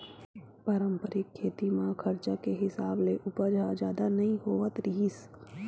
पारंपरिक खेती म खरचा के हिसाब ले उपज ह जादा नइ होवत रिहिस